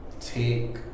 take